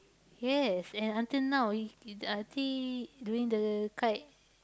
yes and until know he he I think during the kite